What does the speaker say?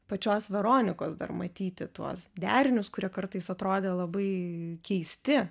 pačios veronikos dar matyti tuos derinius kurie kartais atrodė labai keisti